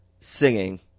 Singing